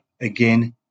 Again